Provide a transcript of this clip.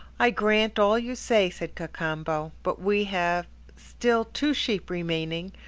i grant all you say, said cacambo, but we have still two sheep remaining,